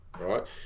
right